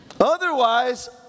Otherwise